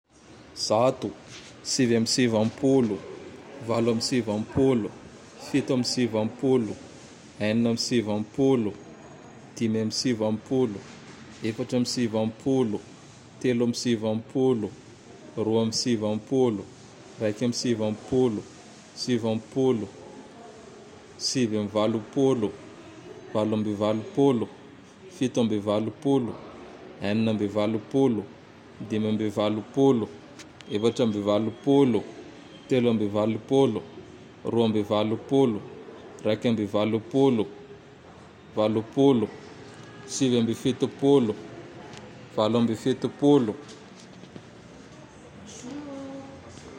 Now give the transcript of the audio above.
Zato, Sivy am sivampolo, valo am sivampolo, fito am sivampolo, enina am sivampolo, dimy am sivampolo, efatra am sivampolo, telo am sivampolo, roa am sivampolo, raiky am sivampolo, Sivampolo, sivy am valopolo, valo ambe valopolo, fito ambe valopolo, enina ambe valopolo, Dimy ambe valopolo, efatra ambe valopolo, telo ambe valopolo, roa ambe valopolo, raiky ambe valopolo, valopolo. Sivy am fitopolo, Valo ambe fitopolo.